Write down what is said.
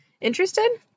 Interested